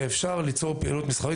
ואפשר ליצור פעילות מסחרית.